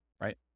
right